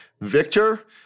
Victor